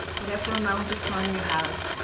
whatever amount of time you have,